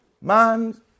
Man